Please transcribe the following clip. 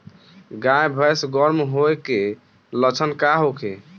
गाय भैंस गर्म होय के लक्षण का होखे?